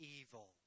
evil